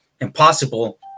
impossible